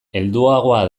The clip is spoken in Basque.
helduagoa